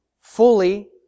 fully